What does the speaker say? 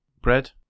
bread